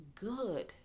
good